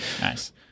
Nice